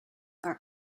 are